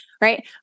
right